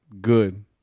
good